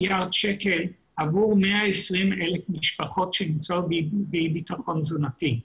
₪ עבור 120,000 משפחות שנמצאות באי בטחון תזונתי.